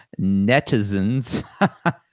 netizens